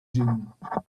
june